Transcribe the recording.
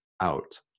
out